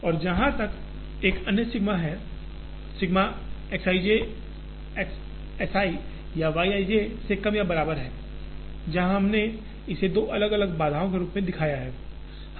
और जहाँ तक एक अन्य है sigma X i j S i और Y i j से कम या बराबर है जहाँ हमने इसे दो अलग अलग बाधाओं के रूप में दिखाया है